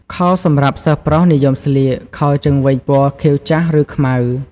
ខោសម្រាប់សិស្សប្រុសនិយមស្លៀក ខោជើងវែងពណ៌ខៀវចាស់ ឬខ្មៅ។